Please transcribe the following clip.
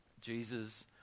Jesus